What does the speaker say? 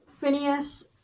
Phineas